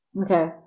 okay